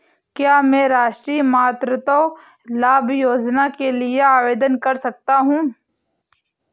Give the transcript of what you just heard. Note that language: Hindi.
क्या मैं राष्ट्रीय मातृत्व लाभ योजना के लिए आवेदन कर सकता हूँ?